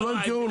הטענה